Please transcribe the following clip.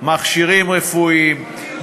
מכשירים רפואיים, דירות.